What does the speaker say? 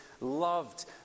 loved